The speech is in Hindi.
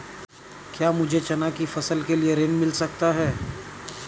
क्या मुझे चना की फसल के लिए ऋण मिल सकता है?